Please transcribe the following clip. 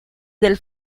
del